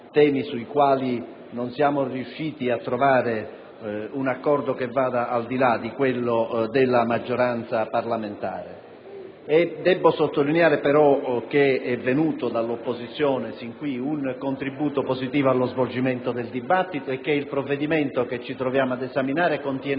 temi sui quali non siamo riusciti a trovare un accordo che vada al di là di quello della maggioranza parlamentare. Debbo sottolineare, però, che è venuto dall'opposizione sin qui un contributo positivo allo svolgimento del dibattito e che il provvedimento che ci troviamo ad esaminare contiene